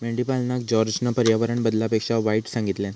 मेंढीपालनका जॉर्जना पर्यावरण बदलापेक्षा वाईट सांगितल्यान